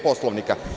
Poslovnika.